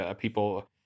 People